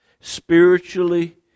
Spiritually